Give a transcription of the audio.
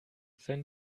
sein